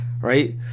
right